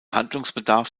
handlungsbedarf